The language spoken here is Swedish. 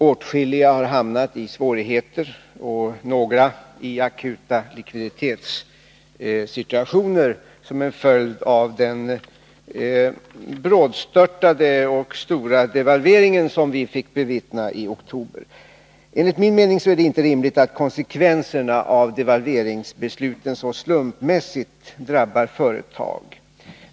Åtskilliga har hamnat i svårigheter och några i akuta likviditetssituationer som en följd av den brådstörtade och stora devalvering som vi fick bevittna i oktober. Enligt min mening är det inte rimligt att konsekvenserna av devalveringsbesluten så slumpmässigt skall drabba företag.